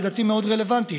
לדעתי זה מאוד רלוונטי.